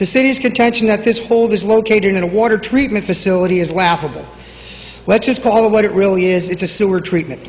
the city's contention that this hold is located in a water treatment facility is laughable let's just call it what it really is it's a sewer treatment